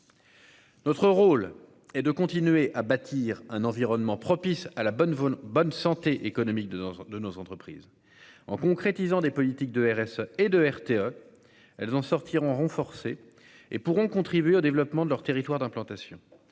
Notre rôle est de continuer à bâtir un environnement propice à la bonne bonne santé économique de de nos entreprises. En concrétisant des politiques de RS et de RTE. Elles en sortiront renforcées et pourront contribuer au développement de leur territoire d'implantation.